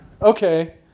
Okay